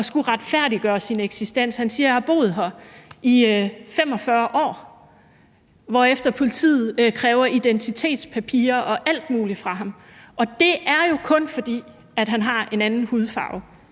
at skulle retfærdiggøre sin eksistens. Han siger: Jeg har boet her i 45 år. Herefter kræver politiet identitetspapirer og alt muligt fra ham, og det er jo kun, fordi han har en anden hudfarve